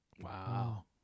Wow